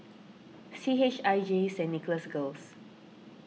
C H I J Saint Nicholas Girls